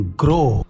grow